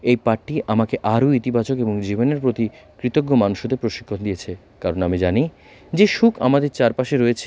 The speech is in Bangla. এই পাঠটি আমাকে আরও ইতিবাচক এবং জীবনের প্রতি কৃতজ্ঞ মানুষ হতে প্রশিক্ষণ দিয়েছে কারণ আমি জানি যে সুখ আমাদের চারপাশে রয়েছে